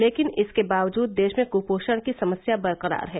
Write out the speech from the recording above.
लेकिन इसके बावजूद देश में कुपोषण की समस्या बरकरार है